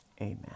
amen